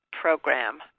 program